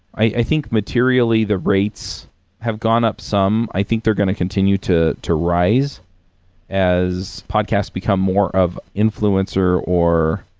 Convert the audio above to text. i think materially the rates have gone up some. i think they're going to continue to to rise as podcasts become more of influencer or